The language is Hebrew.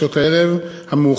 בשעות הערב המאוחרות,